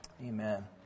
amen